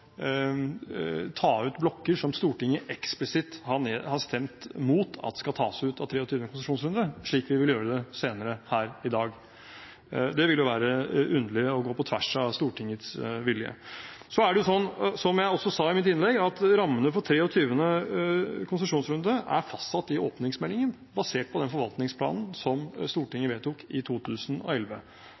ta ut blokker som Stortinget eksplisitt har stemt mot at skal tas ut av 23. konsesjonsrunde, slik vi vil gjøre det senere her i dag. Det vil være underlig å gå på tvers av Stortingets vilje. Så er det sånn, som jeg også sa i mitt innlegg, at rammene for 23. konsesjonsrunde er fastsatt i åpningsmeldingen basert på den forvaltningsplanen som Stortinget vedtok i 2011.